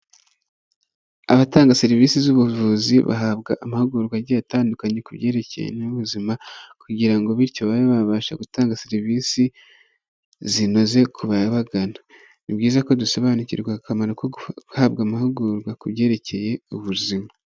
Abatanga serivisi z'ubuvuzi, bahabwa amahugurwa agiye atandukanye ku byerekeye n'ubuzima, kugira ngo bityo babe babasha gutanga serivisi zinoze ku babagana. Ni byiza ko dusobanukirwa akamaro ko guhabwa amahugurwa ku byerekeye ubuzima.